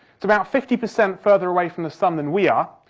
it's about fifty percent further away from the sun than we are,